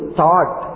thought